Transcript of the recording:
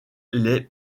les